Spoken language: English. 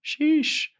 Sheesh